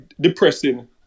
depressing